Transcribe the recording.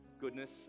goodness